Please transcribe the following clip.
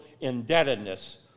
indebtedness